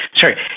sorry